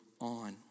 on